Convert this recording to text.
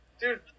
Dude